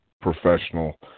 professional